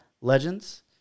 Legends